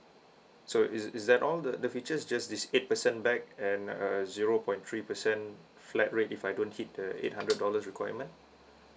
so is is that all the the features just this eight percent back and uh zero point three percent flat rate if I don't hit the eight hundred dollars requirement